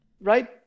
right